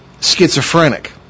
schizophrenic